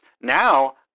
now